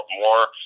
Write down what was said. more